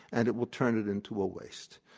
and it will turn it into a waste.